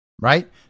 right